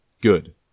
Good